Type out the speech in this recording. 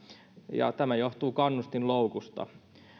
ja tämä johtuu kannustinloukusta